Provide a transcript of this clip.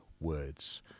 words